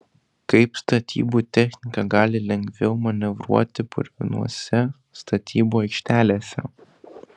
kaip statybų technika gali lengviau manevruoti purvinose statybų aikštelėse